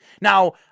Now